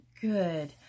good